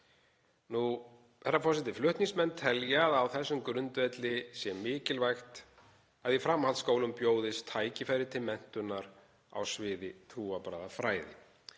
Herra forseti. Flutningsmenn telja að á þessum grundvelli sé mikilvægt að í framhaldsskólum bjóðist tækifæri til menntunar á sviði trúarbragðafræði